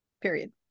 period